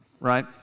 right